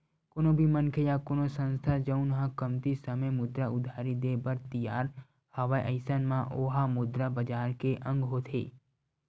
कोनो भी मनखे या कोनो संस्था जउन ह कमती समे मुद्रा उधारी देय बर तियार हवय अइसन म ओहा मुद्रा बजार के अंग होथे